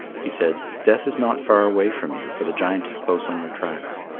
he said, death is not far away from you, for the giant is close on your tracks.